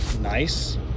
nice